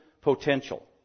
potential